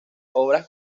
obras